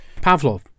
Pavlov